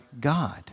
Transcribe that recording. God